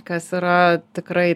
kas yra tikrai